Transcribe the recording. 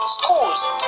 schools